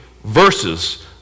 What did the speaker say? verses